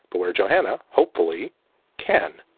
but where johanna hopefully can.